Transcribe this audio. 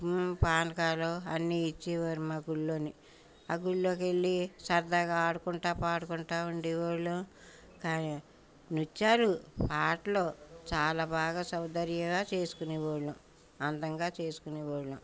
పానకాలు అన్నీ ఇచ్చేవారు మా గుళ్ళోని ఆ గుళ్ళోకి వెళ్ళి సరదాగా ఆడుకుంటూ పాడుకుంటూ ఉండేవాళ్ళు కానీ నృత్యాలు ఆటలు చాలా బాగా సౌందర్యంగా చేసుకునేవాళ్ళు అందంగా చేసుకునేవాళ్ళు